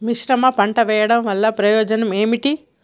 మిశ్రమ పంట వెయ్యడం వల్ల ప్రయోజనం ఏమిటి?